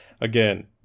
again